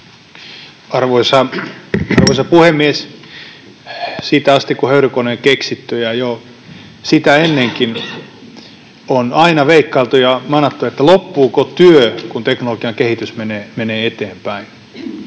Arvoisa puhemies! Siitä asti, kun höyrykone on keksitty, ja jo sitä ennenkin on aina veikkailtu ja manattu, että loppuuko työ, kun teknologian kehitys menee eteenpäin.